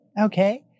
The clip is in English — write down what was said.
Okay